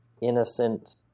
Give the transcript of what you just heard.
innocent